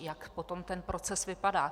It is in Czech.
Jak potom ten proces vypadá.